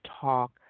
talk